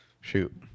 Shoot